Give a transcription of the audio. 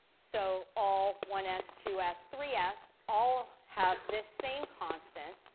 so all one s, two s, three s, all have this same constant.